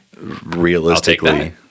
Realistically